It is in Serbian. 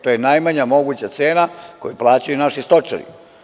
To je najmanja moguća cena koju plaćaju naši stočari.